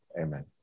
amen